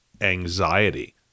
anxiety